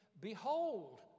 Behold